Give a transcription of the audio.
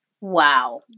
Wow